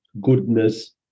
goodness